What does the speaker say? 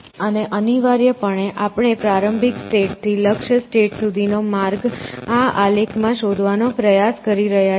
અને અનિવાર્યપણે આપણે પ્રારંભિક સ્ટેટ થી લક્ષ્ય સ્ટેટ સુધીનો માર્ગ આ આલેખ માં શોધવાનો પ્રયાસ કરી રહ્યા છીએ